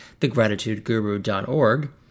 thegratitudeguru.org